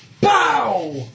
Bow